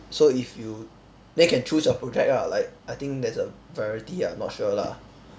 so if you then can choose your project ah like I think there's a variety I'm not sure lah